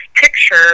picture